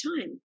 time